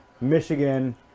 Michigan